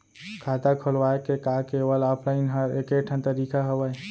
खाता खोलवाय के का केवल ऑफलाइन हर ऐकेठन तरीका हवय?